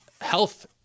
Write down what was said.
health